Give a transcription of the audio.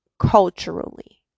culturally